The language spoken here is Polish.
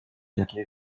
jakie